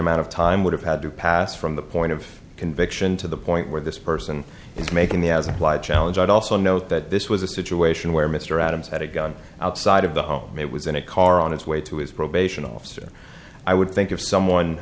amount of time would have had to pass from the point of conviction to the point where this person is making the as applied challenge i'd also note that this was a situation where mr adams had a gun outside of the home it was in a car on its way to his probation officer i would think of someone